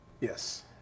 Yes